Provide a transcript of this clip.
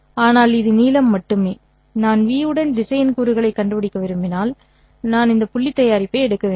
ஆனால் இது நீளம் மட்டுமே நான் v' உடன் திசையன் கூறுகளைக் கண்டுபிடிக்க விரும்பினால் நான் இந்த புள்ளி தயாரிப்பை எடுக்க வேண்டும்